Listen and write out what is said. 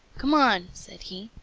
come on, said he.